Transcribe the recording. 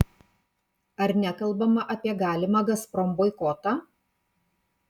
ar nekalbama apie galimą gazprom boikotą